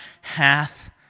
hath